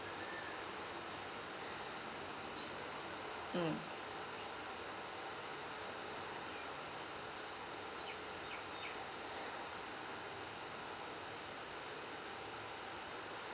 mm